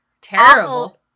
Terrible